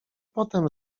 potem